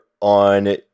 on